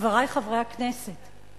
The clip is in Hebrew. חברי חברי הכנסת,